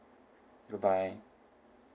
goodbye